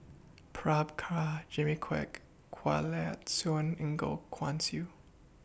Jimmy Quek Kanwaljit Soin Goh Guan Siew